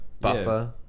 buffer